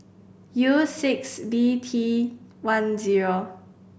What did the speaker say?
U six B T one zero